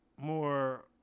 more